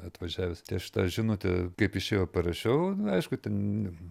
atvažiavęs tai aš tą žinutę kaip išėjo parašiau aišku ten